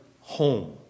home